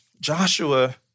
Joshua